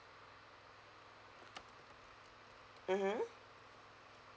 mmhmm